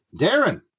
Darren